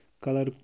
Color